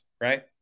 right